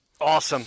Awesome